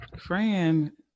Fran